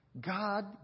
God